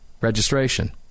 Registration